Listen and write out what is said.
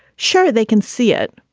sure, they can see it.